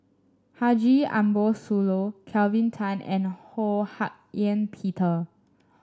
Haji Ambo Sooloh Kelvin Tan and Ho Hak Ean Peter